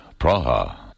Praha